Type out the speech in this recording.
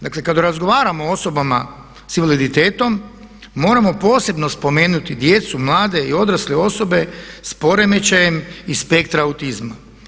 Dakle kada razgovaramo sa osobama sa invaliditetom moramo posebno spomenuti djecu, mlade i odrasle osobe sa poremećajem iz spektra autizma.